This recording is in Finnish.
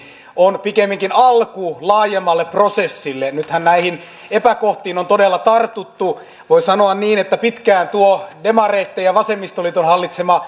on pikemminkin alku laajemmalle prosessille nythän näihin epäkohtiin on todella tartuttu voi sanoa että pitkään tuo demareitten ja vasemmistoliiton hallitsema